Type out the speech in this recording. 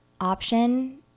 option